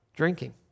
drinking